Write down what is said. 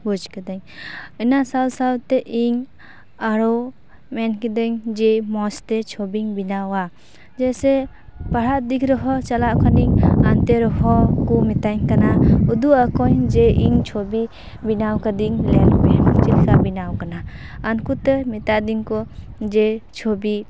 ᱵᱩᱡ ᱠᱮᱫᱟᱹᱧ ᱚᱱᱟ ᱥᱟᱶ ᱥᱟᱶᱛᱮ ᱤᱧ ᱟᱨᱚ ᱢᱮᱱ ᱠᱮᱫᱟᱹᱧ ᱡᱮ ᱢᱚᱡᱽ ᱛᱮ ᱪᱷᱚᱵᱤᱧ ᱵᱮᱱᱟᱣᱟ ᱡᱮᱥᱮ ᱯᱟᱲᱦᱟᱜ ᱫᱤᱠ ᱨᱮᱦᱚᱸ ᱪᱟᱞᱟᱜ ᱠᱷᱟᱱᱤᱧ ᱟᱱᱛᱮ ᱨᱮᱦᱚᱸ ᱠᱚ ᱢᱤᱛᱟᱹᱧ ᱠᱟᱱᱟ ᱩᱫᱩᱜ ᱟᱠᱚᱣᱟᱹᱧ ᱡᱮ ᱤᱧ ᱪᱷᱚᱵᱤ ᱵᱮᱱᱟᱣ ᱟᱠᱟᱫᱟᱹᱧ ᱧᱮᱞ ᱯᱮ ᱪᱮᱫ ᱞᱮᱠᱟ ᱵᱮᱱᱟᱣ ᱟᱠᱟᱱᱟ ᱩᱱᱠᱩ ᱛᱚ ᱢᱮᱛᱟ ᱫᱤᱧᱟᱹ ᱠᱚ ᱡᱮ ᱪᱷᱚᱵᱤ